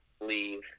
leave